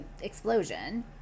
explosion